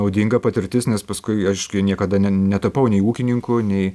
naudinga patirtis nes paskui aš niekada ne netapau nei ūkininku nei